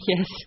Yes